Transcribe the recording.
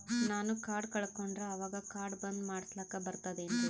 ನಾನು ಕಾರ್ಡ್ ಕಳಕೊಂಡರ ಅವಾಗ ಕಾರ್ಡ್ ಬಂದ್ ಮಾಡಸ್ಲಾಕ ಬರ್ತದೇನ್ರಿ?